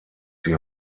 sie